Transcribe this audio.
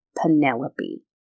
Penelope